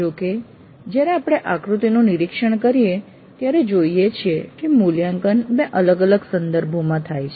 જો કે જ્યારે આપણે આકૃતિનું નિરીક્ષણ કરીએ ત્યારે જોઈએ છીએ કે મૂલ્યાંકન બે અલગ અલગ સંદર્ભોમાં થાય છે